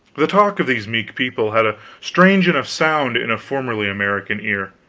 the talk of these meek people had a strange enough sound in a formerly american ear.